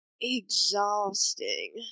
exhausting